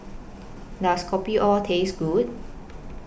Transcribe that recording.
Does Kopio Taste Good